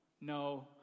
No